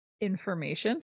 information